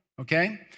okay